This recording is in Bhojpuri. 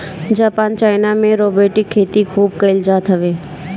जापान चाइना में रोबोटिक खेती खूब कईल जात हवे